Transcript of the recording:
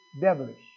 devilish